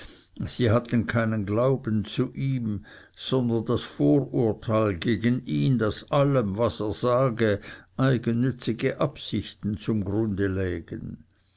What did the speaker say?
sie hatten keinen glauben zu ihm sondern das vorurteil gegen ihn daß allem was er sage eigennützige absichten zum grunde lägen